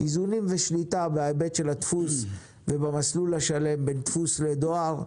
איזונים ושליטה בהיבט של הדפוס ובמסלול השלם בין דפוס לדואר,